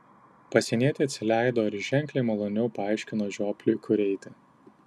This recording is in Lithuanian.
pasienietė atsileido ir ženkliai maloniau paaiškino žiopliui kur eiti